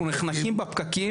אנחנו נחנקים בפקקים.